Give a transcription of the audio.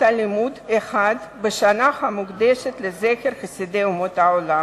לימוד אחת בשנה המוקדשת לזכר חסידי אומות העולם.